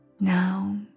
Now